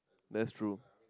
that's true